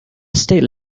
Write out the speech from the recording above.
state